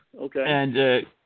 Okay